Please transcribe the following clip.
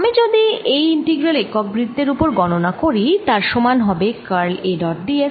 আমি যদি এই ইন্টিগ্রাল একক বৃত্তের ওপর গণনা করি তার সমান হবে curl A dot d s